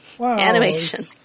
Animation